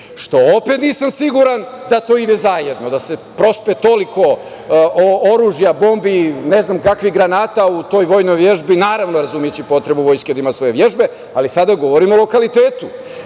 što opet nisam siguran da to ide zajedno, da se prospe toliko oružja, bombi, ne znam kakvih granata u toj vojnoj vežbi, naravno, razumejući potrebu Vojske da ima svoje vežbe, ali sada govorimo o lokalitetu. Da